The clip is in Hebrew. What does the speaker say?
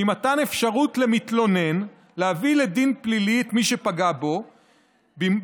שהיא מתן אפשרות למתלונן להביא לדין פלילי את מי שפגע בו במקום